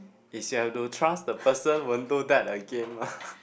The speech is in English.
is you have to trust the person won't do that again mah